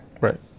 Right